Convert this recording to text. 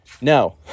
no